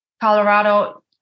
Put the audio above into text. Colorado